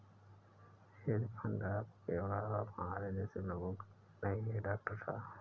hedge fund आपके और हमारे जैसे लोगों के लिए नहीं है, डॉक्टर साहब